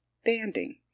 standing